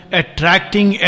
attracting